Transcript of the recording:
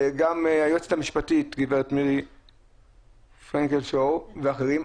גם היועצת המשפטית גב' מירי פרנקל-שור ואחרים,